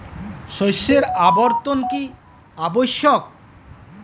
শস্যের আবর্তন কী আবশ্যক?